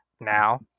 now